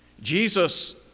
Jesus